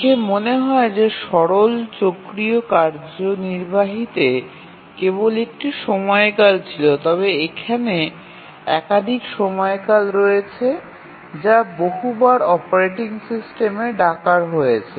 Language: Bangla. দেখে মনে হয় যে সরল চক্রীয় কার্যনির্বাহীতে কেবল একটি সময়কাল ছিল তবে এখানে একাধিক সময়কাল রয়েছে যা বহু বার অপারেটিং সিস্টেমে ডাকা হয়েছে